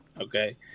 okay